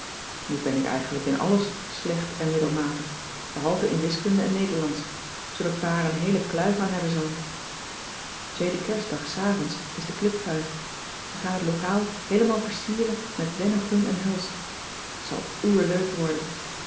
nu ben ik eigenlijk in alles slecht en middelmatig behalve in wiskunde en nederlandsch zoodat pa er een heele kluif aan hebben zal weede ersta s avonds is de club fuif ze gaan het locaal heelemaal versieren met dennengroen en hulst t zal oer leuk worden